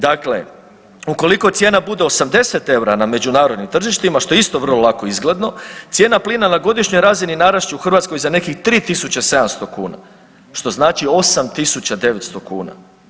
Dakle, ukoliko cijena bude 80 eura na međunarodnim tržištima, što je isto vrlo lako izgledno, cijena plina na godišnjoj razini narast će u Hrvatskoj za nekih 3700 kuna, što znači 8900 kuna.